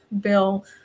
bill